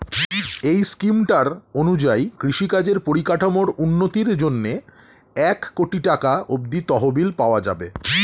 এই স্কিমটার অনুযায়ী কৃষিকাজের পরিকাঠামোর উন্নতির জন্যে এক কোটি টাকা অব্দি তহবিল পাওয়া যাবে